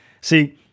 See